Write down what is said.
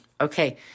Okay